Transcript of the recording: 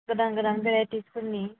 Godan Godan भेरायतिसफोरनि